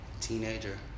Teenager